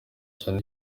cyane